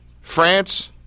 France